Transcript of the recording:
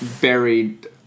buried